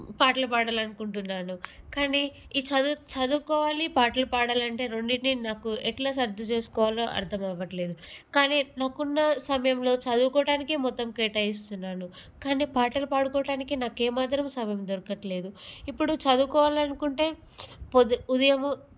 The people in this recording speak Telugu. పాటలు పాడాలనుకుంటున్నాను కానీ ఈ చదువు చదువుకోవాలి పాటలు పాడాలంటే రెండింటిని నాకు ఎలా సర్ది చేసుకోవాలో అర్ధమవ్వట్లేదు కానీ నాకున్న సమయంలో చదువుకోవటానికే మొత్తం కేటాయిస్తున్నాను కానీ పాటలు పాడుకోవటానికి నాకేమాత్రం సమయం దొరకట్లేదు ఇప్పుడు చదువుకోవాలనుకుంటే పొ ఉదయము